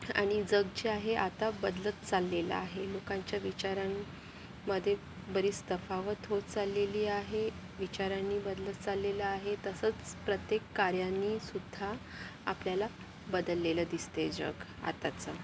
आणि जग जे आहे आता बदलत चाललेलं आहे लोकांच्या विचारांमध्ये बरीच तफावत होत चाललेली आहे विचारांनी बदलत चाललेलं आहे तसंच प्रत्येक कार्यानीसुद्धा आपल्याला बदललेलं दिसतंय जग आत्ताचं